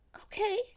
okay